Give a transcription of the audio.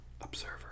Observer